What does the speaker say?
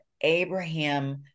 Abraham